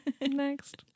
Next